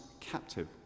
captive